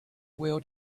wheel